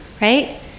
right